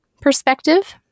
perspective